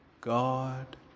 God